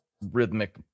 rhythmic